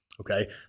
okay